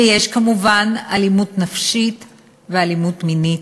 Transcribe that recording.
ויש, כמובן, אלימות נפשית ואלימות מינית.